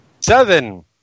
Seven